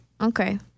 Okay